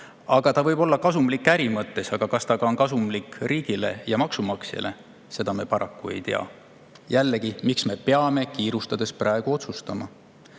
See võib olla kasumlik äri mõttes, aga kas see on kasumlik riigile ja maksumaksjale, seda me paraku ei tea. Jällegi, miks me peame kiirustades praegu otsustama?